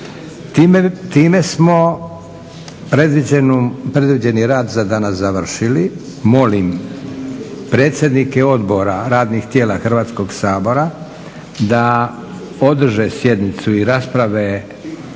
Time smo predviđeni rad za danas završili. Molim predsjednike odbora radnih tijela Hrvatskoga sabora da održe sjednicu i rasprave